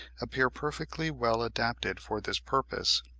appear perfectly well adapted for this purpose,